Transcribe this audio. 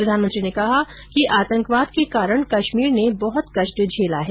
प्रधानमंत्री ने कहा कि आतंकवाद के कारण कश्मीर ने बहत कष्ट झेला है